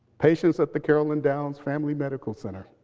patients at the carolyn downs family medical center.